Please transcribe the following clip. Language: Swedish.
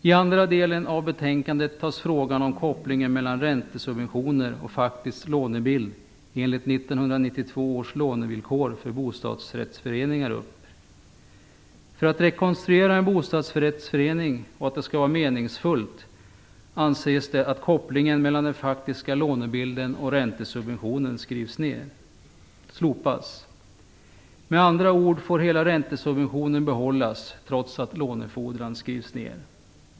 I den andra delen av betänkandet tas frågan om kopplingen mellan räntesubventioner och faktisk lånebild enligt 1992 års lånevillkor för bostadsrättsföreningar upp. För att det skall vara meningsfullt att rekonstruera en bostadsrättsförening anses det att kopplingen mellan den faktiska lånebilden och räntesubventionen skall slopas. Med andra ord får hela räntesubventionen behållas, trots att lånefordringen skrivs ner.